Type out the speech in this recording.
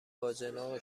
باجناق